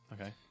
Okay